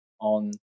on